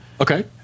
Okay